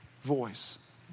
voice